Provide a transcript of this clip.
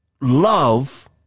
Love